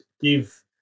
give